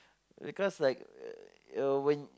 because like uh when